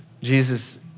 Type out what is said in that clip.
Jesus